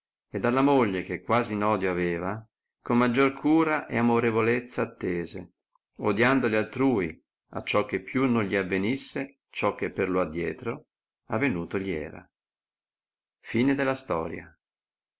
ed alla moglie che quasi in odio aveva con maggior cura ed amorevolezza attese odiando le altrui acciò che più non gli avenisse ciò che per lo adietro avenuto gli era